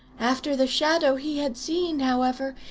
after the shadow he had seen, however,